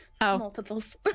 multiples